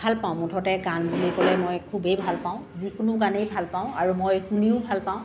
ভাল পাওঁ মুঠতে গান বুলি ক'লে মই খুবেই ভাল পাওঁ যিকোনো গানেই ভাল পাওঁ আৰু মই শুনিও ভাল পাওঁ